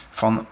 van